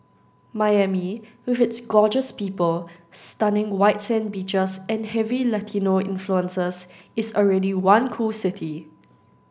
Miami with its gorgeous people stunning white sand beaches and heavy Latino influences is already one cool city